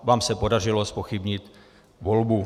Vám se podařilo zpochybnit volbu.